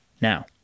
Now